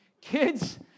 Kids